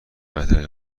برتر